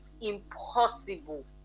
impossible